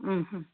उम्